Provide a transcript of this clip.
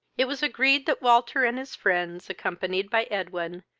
it was agreed that walter and his friends, accompanied by edwin,